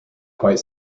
quite